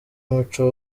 umuco